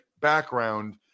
background